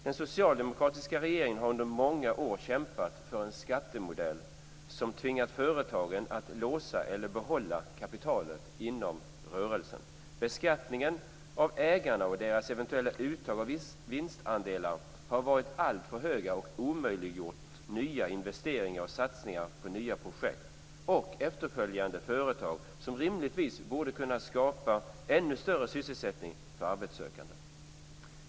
Den socialdemokratiska regeringen har under många år kämpat för en skattemodell som tvingat företagen att låsa eller behålla kapitalet inom rörelsen. Beskattningen av ägarna och deras eventuella uttag av vinstandelar har varit alltför höga och omöjliggjort nya investeringar och satsningar på nya projekt och efterföljande företag, som rimligtvis borde kunna skapa ännu större sysselsättning för arbetssökande.